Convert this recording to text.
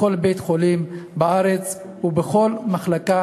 בכל בית-חולים בארץ ובכל מחלקה